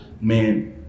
man